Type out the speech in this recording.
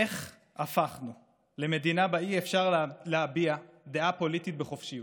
איך הפכנו למדינה שבה אי-אפשר להביע דעה פוליטית בחופשיות?